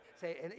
say